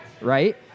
right